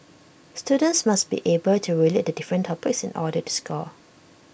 students must be able to relate the different topics in order to score